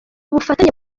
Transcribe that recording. bufatanye